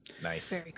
Nice